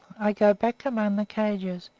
i go back among the cages,